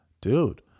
Dude